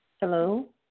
Hello